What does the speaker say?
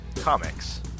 Comics